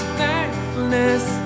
thankfulness